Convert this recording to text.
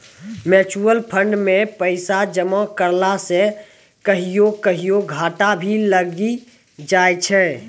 mutual fund मे पैसा जमा करला से कहियो कहियो घाटा भी लागी जाय छै